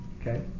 Okay